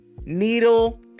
Needle